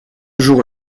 jour